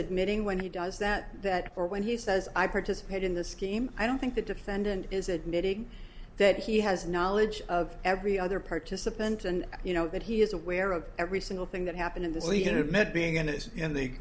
admitting when he does that that or when he says i participate in the scheme i don't think the defendant is admitting that he has knowledge of every other participant and you know that he is aware of every single thing that happened in